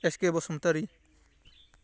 SK Basumatary